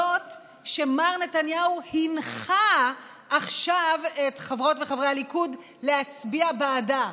זאת שמר נתניהו הנחה עכשיו את חברי וחברות הליכוד להצביע בעדה.